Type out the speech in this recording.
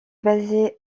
basé